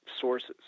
sources